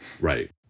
Right